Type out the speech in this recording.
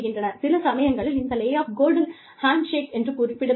சில சமயங்களில் இந்த லே ஆஃப் கோல்டன் ஹேண்ட்ஷேக் என்று குறிப்பிடப்படுகிறது